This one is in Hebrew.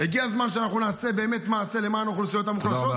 הגיע הזמן שאנחנו נעשה באמת מעשה למען האוכלוסיות המוחלשות,